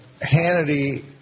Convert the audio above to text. Hannity